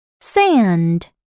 sand